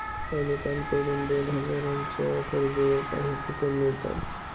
अनेकांकडून दोन हजारांच्या खरेदीवर काही कूपन मिळतात